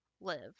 live